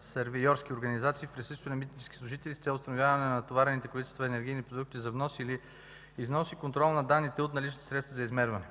сървейорски организации в присъствието на митнически служители с цел установяване на товарните количества енергийни продукти за внос или износ и контрол на данните от наличните средства за измерване,